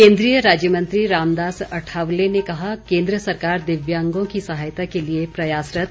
केंद्रीय राज्य मंत्री रामदास अठावले ने कहा केंद्र सरकार दिव्यांगो की सहायता के लिए प्रयासरत